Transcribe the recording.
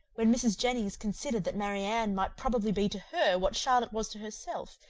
when mrs. jennings considered that marianne might probably be to her what charlotte was to herself,